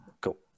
Cool